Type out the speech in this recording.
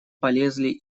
полезли